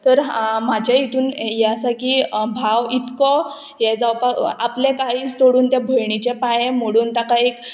तर म्हाज्या हितून हें आसा की भाव इतको हें जावपाक आपले काळीज तोडून ते भयणीचे पांयें मोडून ताका एक